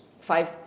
five